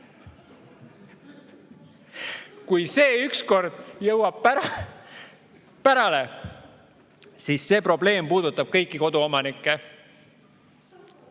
Kui see ükskord pärale jõuab, siis see probleem puudutab kõiki koduomanikke.